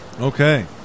Okay